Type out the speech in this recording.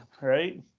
right